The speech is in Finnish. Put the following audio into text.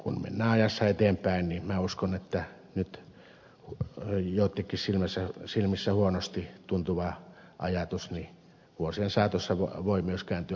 kun mennään ajassa eteenpäin minä uskon että nyt joittenkin silmissä huonolta tuntuva ajatus vuosien saatossa voi myös kääntyä positiiviseksi